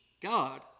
God